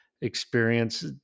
experience